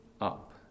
up